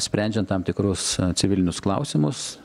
sprendžiant tam tikrus civilinius klausimus